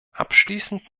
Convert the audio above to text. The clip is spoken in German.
abschließend